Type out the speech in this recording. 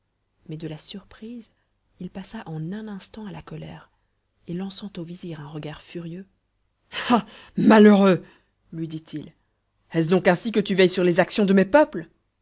mais de la surprise il passa en un instant à la colère et lançant au vizir un regard furieux ah malheureux lui dit-il est-ce donc ainsi que tu veilles sur les actions de mes peuples